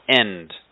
end